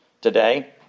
today